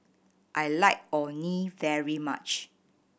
I like Orh Nee very much